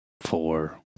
four